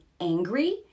angry